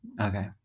Okay